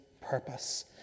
purpose